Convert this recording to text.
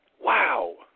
Wow